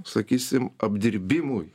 sakysim apdirbimui